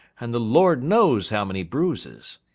and the lord knows how many bruises.